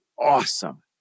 awesome